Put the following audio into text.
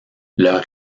leur